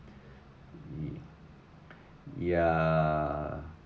ya